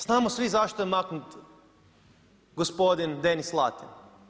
Znamo svi zašto je maknut gospodin Denis Latin.